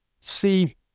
see